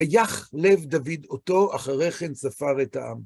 ויך לב דוד אותו, אחרי כן ספר את העם.